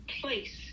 place